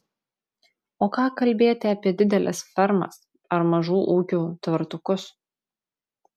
o ką kalbėti apie dideles fermas ar mažų ūkių tvartukus